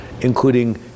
including